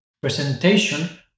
presentation